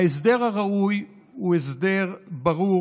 ההסדר הראוי הוא הסדר ברור,